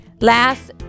Last